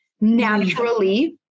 naturally